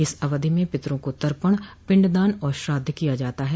इस अवधि में पितरों को तर्पण पिडदान और श्राद्ध किया जाता है